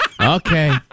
Okay